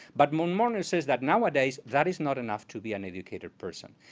but monmonier says that nowadays, that is not enough to be an educated person.